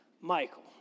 Michael